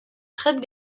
traite